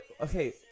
Okay